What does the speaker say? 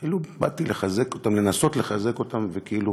כאילו, באתי לחזק אותם, לנסות לחזק אותם, וכאילו